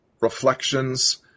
reflections